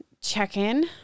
check-in